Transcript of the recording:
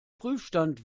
prüfstand